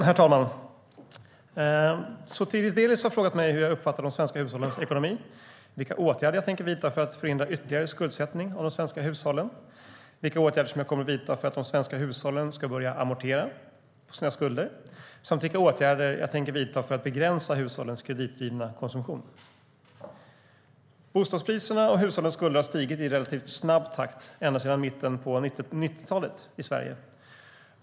Herr talman! Sotiris Delis har frågat mig hur jag uppfattar de svenska hushållens ekonomi, vilka åtgärder jag tänker vidta för att förhindra ytterligare skuldsättning av de svenska hushållen, vilka åtgärder som jag kommer att vidta för att de svenska hushållen ska börja amortera på sina skulder samt vilka åtgärder jag tänker vidta för att begränsa hushållens kreditdrivna konsumtion. Bostadspriserna och hushållens skulder har stigit i relativt snabb takt ända sedan mitten av 1990-talet i Sverige.